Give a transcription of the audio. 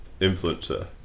influencer